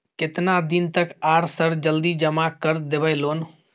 केतना दिन तक आर सर जल्दी जमा कर देबै लोन?